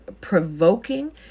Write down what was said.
provoking